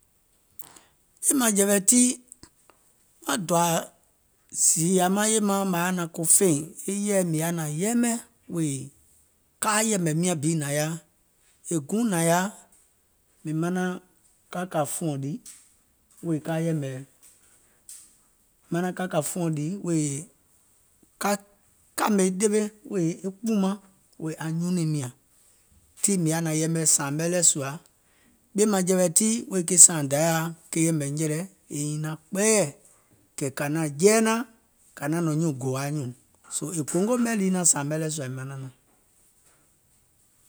Ɓìèmȧŋjɛ̀ẁɛ̀ tii maŋ dòȧ zììya maŋ yaȧ naȧŋ ko feìŋ e yèɛ mìŋ yaȧ naȧŋ yɛɛmɛ wèè kaa yɛ̀mɛ̀ miȧŋ bi nàŋ yaȧ, è guùŋ nȧŋ yaȧ, mìŋ manaŋ ka kȧ fùɔ̀ŋ ɗì wèè ka kȧmè ɗewe wèè kpùùmaŋ wèè anyunùim nyȧŋ, tii mìŋ yaȧ naaŋ yɛɛmɛ sȧȧmɛ lɛɛ̀ sùȧ, ɓìèmȧŋjɛ̀wɛ̀ tii wèè ke sààŋ Dayȧa yɛ̀mɛ̀ nyɛ̀lɛ yeiŋ nyiŋ naȧŋ kpɛɛyɛ̀, kɛ̀ kȧ naȧŋ jɛi naȧŋ kȧ naȧŋ nɔ̀ŋ nyuùŋ gò anyùùŋ, soo e gòngo mɛ̀ lii sȧȧmɛ lɛɛ̀ sùȧ.